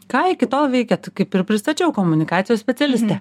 ką iki tol veikėt kaip ir pristačiau komunikacijos specialistė